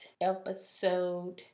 episode